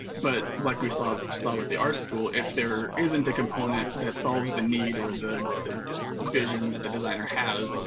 but like we saw saw with the art school, if there isn't a component that solves the need or the the vision that the designer has,